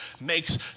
makes